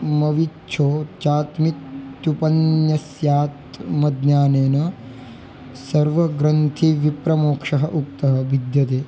मविच्छो चात्मित्युपन्यस्यात् मज्ञानेन सर्वग्रन्थिविप्रमोक्षः उक्तः विद्यते